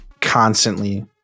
constantly